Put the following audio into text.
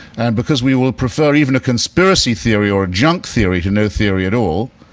and because we will prefer even a conspiracy theory or junk theory to no theory at all,